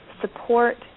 support